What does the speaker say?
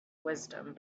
wisdom